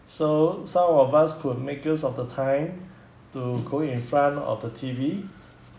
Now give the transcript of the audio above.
so some of us could make use of the time to go in front of the T_V